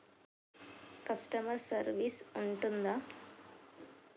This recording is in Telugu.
కస్టమర్ సర్వీస్ ఉంటుందా?